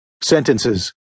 Sentences